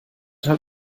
halt